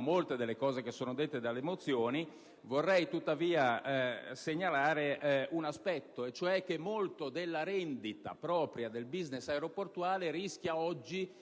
molto di quanto detto dalle mozioni, vorrei tuttavia segnalare un aspetto, e cioè che molto della rendita propria del *business* aeroportuale rischia oggi di